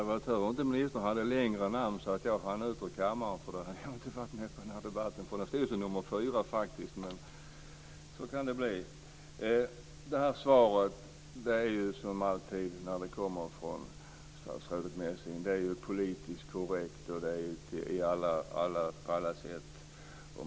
Fru talman! Det här svaret är ju som alltid när det kommer från statsrådet Messing politiskt korrekt på alla sätt.